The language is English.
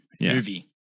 Movie